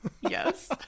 Yes